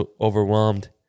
overwhelmed